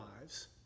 lives